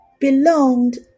Belonged